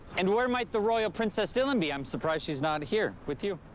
and where might the royal princess dylan be? i'm surprised she's not here, with you.